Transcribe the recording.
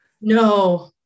No